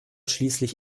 schließlich